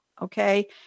Okay